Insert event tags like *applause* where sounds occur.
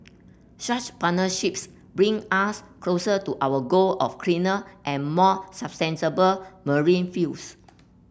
such partnerships bring us closer to our goal of cleaner and more *unintelligible* marine fuels